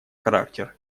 характер